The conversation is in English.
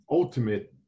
ultimate